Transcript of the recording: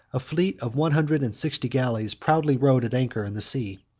a fleet of one hundred and sixty galleys proudly rode at anchor in the sea.